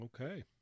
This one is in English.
Okay